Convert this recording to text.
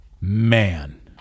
Man